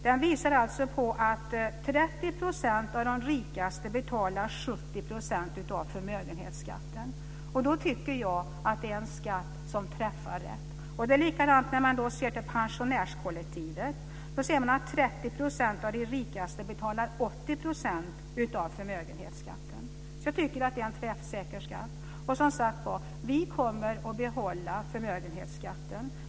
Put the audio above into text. Den visar att 30 % av de rikaste betalar 70 % av förmögenhetsskatten. Då tycker jag att det är en skatt som träffar rätt. Det är likadant när det gäller pensionärskollektivet. Där ser man att 30 % av de rikaste betalar 80 % av förmögenhetsskatten. Så jag tycker att det är en träffsäker skatt. Och, som sagt var, vi kommer att behålla förmögenhetsskatten.